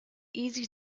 easy